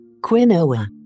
quinoa